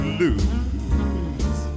lose